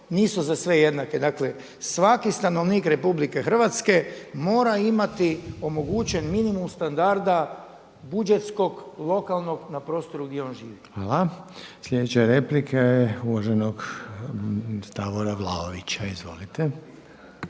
nisu za sve jednake. Dakle, svaki stanovnik RH mora imati omogućen minimum standarda budžetskog, lokalnog na prostoru di on živi. **Reiner, Željko (HDZ)** Hvala. Sljedeća replika je uvaženog Davora Vlaovića. Izvolite.